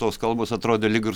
tos kalbos atrodė lyg ir